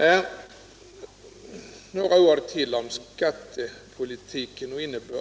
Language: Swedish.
Några ord till om skattepolitiken.